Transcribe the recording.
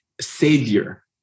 savior